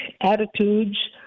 attitudes